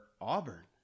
Auburn